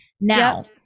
Now